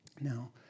Now